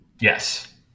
Yes